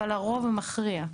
אבל הרוב המכריע,